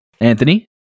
anthony